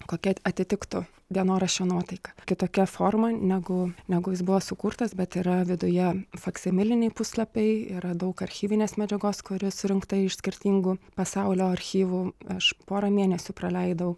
kokia atitiktų dienoraščio nuotaiką kitokia forma negu negu jis buvo sukurtas bet yra viduje faksimiliniai puslapiai yra daug archyvinės medžiagos kuri surinkta iš skirtingų pasaulio archyvų aš porą mėnesių praleidau